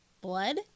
blood